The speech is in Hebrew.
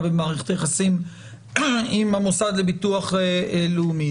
במערכת היחסים עם המוסד לביטוח לאומי.